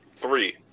three